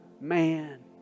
man